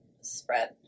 spread